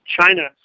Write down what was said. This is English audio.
China